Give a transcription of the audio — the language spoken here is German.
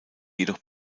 jedoch